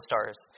stars